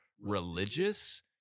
religious